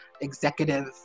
executive